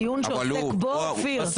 אופיר,